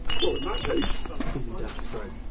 well, in that case, beamed astro,